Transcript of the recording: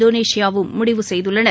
இந்தோனேஷியாவும் முடிவு செய்துள்ளன